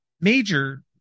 major